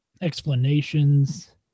explanations